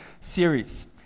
series